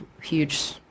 huge